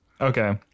Okay